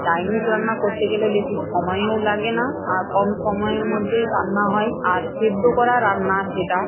Chinese রান্না করতে গেলে বেশি সময়ও লাগে না আর কম সময়ের মধ্যে রান্না হয় আর সিদ্ধ করা রান্না সেটা